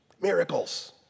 Miracles